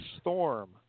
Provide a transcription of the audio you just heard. Storm